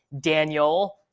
daniel